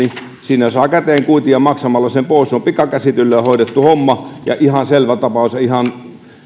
siinä saa käteen kuitin ja maksamalla sen pois se on pikakäsittelyllä hoidettu homma ja ihan selvä tapaus